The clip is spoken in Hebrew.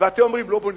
ואתם אומרים: לא בונים,